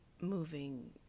moving